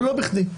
ולא בכדי.